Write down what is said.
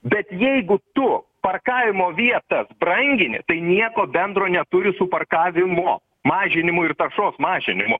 bet jeigu tu parkavimo vietas brangini tai nieko bendro neturi su parkavimo mažinimu ir taršos mažinimu